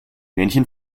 männchen